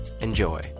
Enjoy